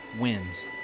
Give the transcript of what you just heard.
wins